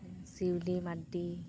civil Mardi